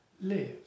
live